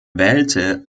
wählte